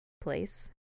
place